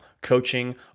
coaching